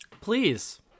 Please